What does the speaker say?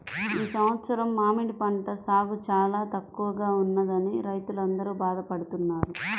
ఈ సంవత్సరం మామిడి పంట సాగు చాలా తక్కువగా ఉన్నదని రైతులందరూ బాధ పడుతున్నారు